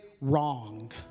wrong